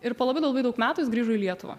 ir po labai labai daug metų jis grįžo į lietuvą